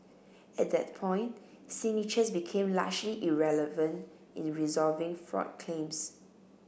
at that point signatures became largely irrelevant in resolving fraud claims